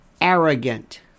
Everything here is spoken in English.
arrogant